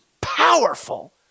powerful